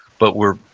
but we're,